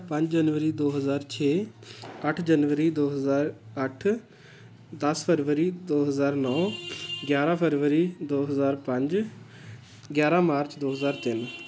ਪੰਜ ਜਨਵਰੀ ਦੋ ਹਜ਼ਾਰ ਛੇ ਅੱਠ ਜਨਵਰੀ ਦੋ ਹਜ਼ਾਰ ਅੱਠ ਦਸ ਫਰਵਰੀ ਦੋ ਹਜ਼ਾਰ ਨੌ ਗਿਆਰਾਂ ਫਰਵਰੀ ਦੋ ਹਜ਼ਾਰ ਪੰਜ ਗਿਆਰਾਂ ਮਾਰਚ ਦੋ ਹਜ਼ਾਰ ਤਿੰਨ